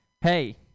Hey